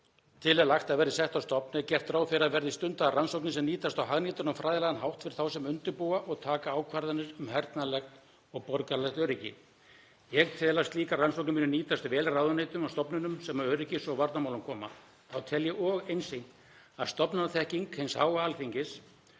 til er lagt að verði sett á stofn er gert ráð fyrir að verði stundaðar rannsóknir sem nýtast á hagnýtan og fræðilegan hátt fyrir þá sem undirbúa og taka ákvarðanir um hernaðarlegt og borgaralegt öryggi. Ég tel að slíkar rannsóknir muni nýtast vel ráðuneytum og stofnunum sem að öryggis- og varnarmálum koma. Þá tel ég og einsýnt að stofnanaþekking hins háa Alþingis